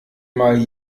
mal